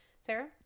Sarah